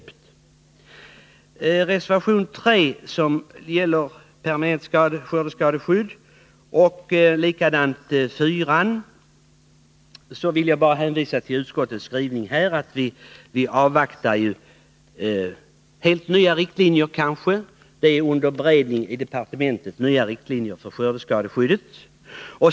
Beträffande reservationerna 3 och 4, som gäller permanent skördeskadeskydd, hänvisar jag till utskottets skrivning. Vi avvaktar — som vi tror — helt nya riktlinjer. Nya riktlinjer för skördeskadeskyddet är nämligen under beredning i departementet.